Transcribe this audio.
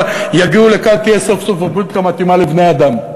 יגיעו לכאן תהיה סוף-סוף פוליטיקה מתאימה לבני-אדם.